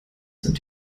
sind